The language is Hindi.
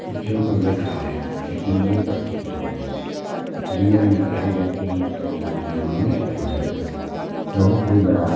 पक्षियों को देखा है लेकिन यह पक्षी जो है जंगल में पाए जाते हैं ताकी यहाँ मनुष्य जो है बहुत ही बड़ा